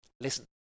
listen